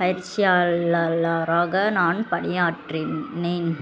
பயிற்சியாளலராக நான் பணியாற்றினேன்